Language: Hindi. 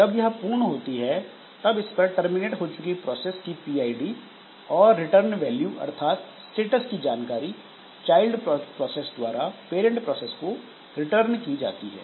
जब यह पूर्ण होती है तब इस पर टर्मिनेट हो चुकी प्रोसेस की पीआईडी और रिटर्न वैल्यू अर्थात स्टेटस की जानकारी चाइल्ड प्रोसेस द्वारा पैरंट प्रोसेस को रिटर्न की जाती है